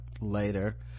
later